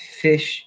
fish